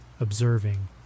observing